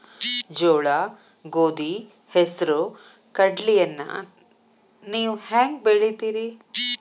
ಜೋಳ, ಗೋಧಿ, ಹೆಸರು, ಕಡ್ಲಿಯನ್ನ ನೇವು ಹೆಂಗ್ ಬೆಳಿತಿರಿ?